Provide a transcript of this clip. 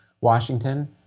Washington